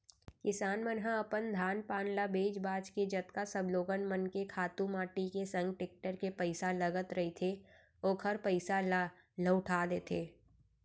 किसान मन ह अपन धान पान ल बेंच भांज के जतका सब लोगन मन के खातू माटी के संग टेक्टर के पइसा लगत रहिथे ओखर पइसा ल लहूटा देथे